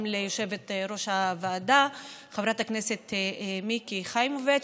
גם יושבת-ראש הוועדה חברת הכנסת מיקי חיימוביץ',